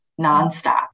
nonstop